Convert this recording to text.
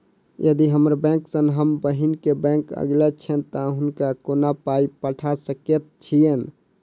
यदि हम्मर बैंक सँ हम बहिन केँ बैंक अगिला छैन तऽ हुनका कोना पाई पठा सकैत छीयैन?